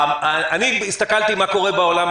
אני הסתכלתי על מה שקורה בעולם,